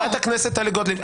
חברת הכנסת טלי גוטליב,